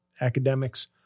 academics